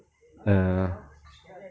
err